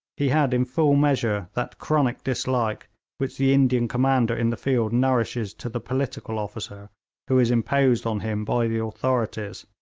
he had in full measure that chronic dislike which the indian commander in the field nourishes to the political officer who is imposed on him by the authorities,